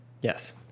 Yes